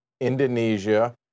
Indonesia